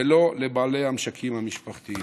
ולא לבעלי המשקים המשפחתיים.